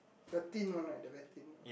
the thin one right the very thin one